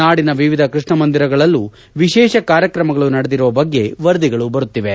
ನಾಡಿನ ವಿವಿಧ ಕೃಷ್ಣ ಮಂದಿರಗಳಲ್ಲೂ ವಿಶೇಷ ಕಾರ್ಕ್ರಮಗಳು ನಡೆದಿರುವ ಬಗ್ಗೆ ವರದಿಗಳು ಬಂದಿವೆ